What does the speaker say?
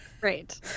right